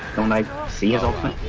ne c's on